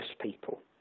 people